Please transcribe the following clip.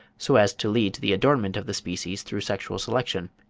so as to lead to the adornment of the species through sexual selection.